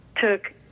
took